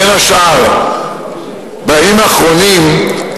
בין השאר, בימים האחרונים,